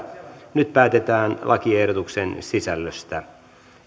nyt päätetään lakiehdotuksen sisällöstä